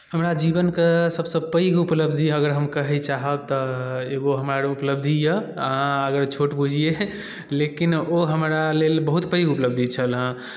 हमरा जीवनके सभसँ पैघ उपलब्धि अगर हम कहय चाहब तऽ एगो हमरा उपलब्धि यए अगर छोट बुझियै लेकिन ओ हमरा लेल बहुत पैघ उपलब्धि छल हेँ